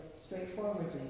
straightforwardly